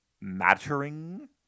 mattering